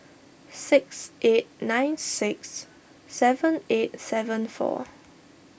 six eight nine six seven eight seven four